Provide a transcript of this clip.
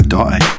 die